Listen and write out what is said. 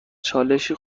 چالشی